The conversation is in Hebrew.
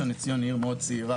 ראשון לציון היא עיר מאוד צעירה.